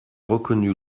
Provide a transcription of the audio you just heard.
reconnu